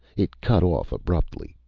it cut off abruptly.